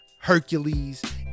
hercules